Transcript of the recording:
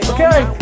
Okay